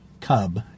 cub